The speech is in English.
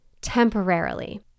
Temporarily